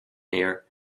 air